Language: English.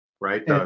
right